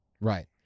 Right